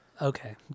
Okay